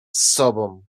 sobą